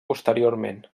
posteriorment